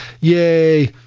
Yay